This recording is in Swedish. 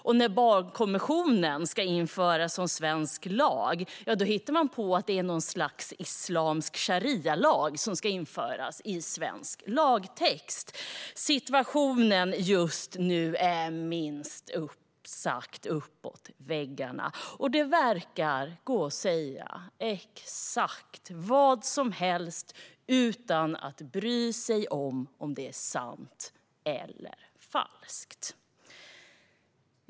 Och när barnkonventionen ska införas som svensk lag hittar man på att det är något slags islamisk sharialag som ska införas i svensk lagtext. Situationen just nu är minst sagt uppåt väggarna. Det verkar gå att säga exakt vad som helst utan att bry sig om huruvida det är sant eller falskt.